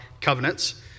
covenants